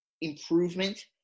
improvement